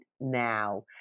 now